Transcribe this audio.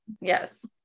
yes